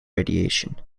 radiation